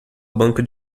banca